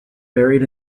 buried